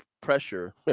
pressure